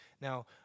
Now